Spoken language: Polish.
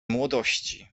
młodości